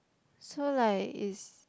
so like is